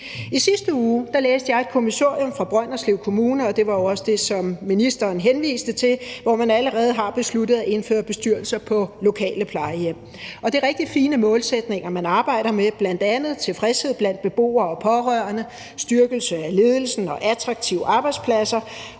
I sidste uge læste jeg et kommissorium fra Brønderslev Kommune, og det var jo også det, som ministeren henviste til, hvor man allerede har besluttet at indføre bestyrelser på lokale plejehjem, og det er rigtig fine målsætninger, man arbejder med, bl.a. tilfredshed blandt beboere og pårørende, styrkelse af ledelsen og attraktive arbejdspladser